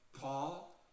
Paul